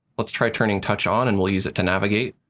let's try turning touch on and we'll use it to navigate.